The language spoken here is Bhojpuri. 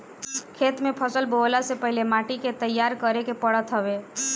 खेत में फसल बोअला से पहिले माटी के तईयार करे के पड़त हवे